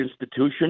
institution